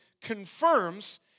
confirms